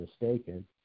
mistaken